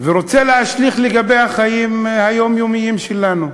ורוצה להשליך לגבי החיים היומיומיים שלנו.